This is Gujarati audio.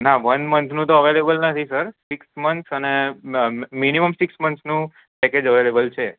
ના વન મંથનું તો અવેલેબલ નથી સર સિક્સ મંથ્સ અને મિનિમમ સિક્સ મંથ્સનું પેકેજ અવેલેબલ છે